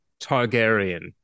Targaryen